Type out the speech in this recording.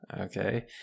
okay